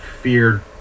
feared